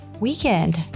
weekend